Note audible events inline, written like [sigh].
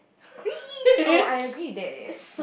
[noise] oh I agree with that eh